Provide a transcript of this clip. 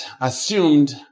assumed